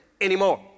anymore